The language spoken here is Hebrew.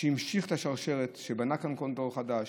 שהמשיך את השרשרת, שבנה כאן דור חדש,